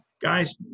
guys